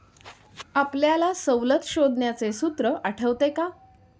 आपल्याला सवलत शोधण्याचे सूत्र आठवते का?